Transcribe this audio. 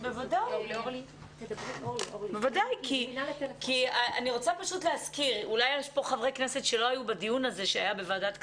אולי יש פה חברי כנסת שלא היו בדיון שהיה בוועדת כספים.